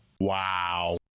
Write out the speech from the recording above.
Wow